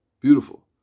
Beautiful